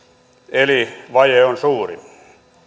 eli vaje on suuri